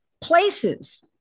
places